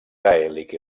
gaèlic